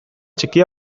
txikia